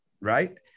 right